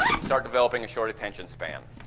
you start developing a short attention span,